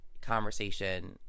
conversation